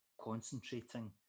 concentrating